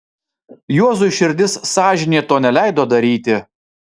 juozui širdis sąžinė to neleido daryti